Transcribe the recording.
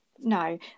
no